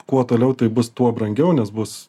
kuo toliau tai bus tuo brangiau nes bus